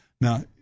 Now